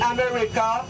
America